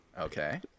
Okay